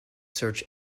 search